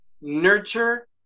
Nurture